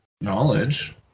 knowledge